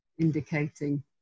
indicating